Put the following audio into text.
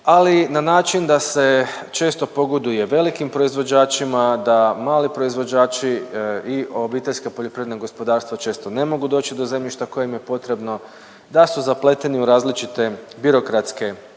ali na način da se često pogoduje velikim proizvođačima, a da mali proizvođači i obiteljska poljoprivredna gospodarstva često ne mogu doći do zemljišta koje im je potrebno, da su zapleteni u različite birokratske peripetije